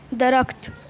درخت